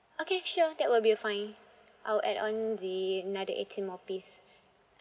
okay sure that will be fine I will add on the another eighteen more piece